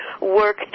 work